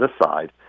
aside